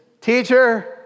Teacher